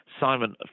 Simon